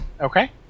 Okay